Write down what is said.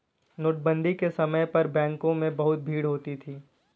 नोटबंदी के समय पर बैंकों में बहुत भीड़ होती थी